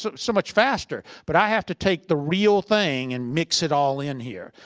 so much faster. but i have to take the real thing and mix it all in here.